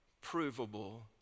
provable